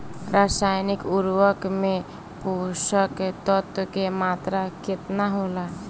रसायनिक उर्वरक मे पोषक तत्व के मात्रा केतना होला?